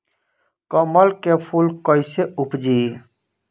कमल के फूल कईसे उपजी?